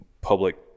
public